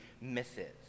misses